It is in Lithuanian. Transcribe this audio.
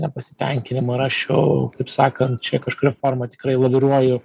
nepasitenkinimo rasčiau kaip sakant čia kažkuria forma tikrai laviruoju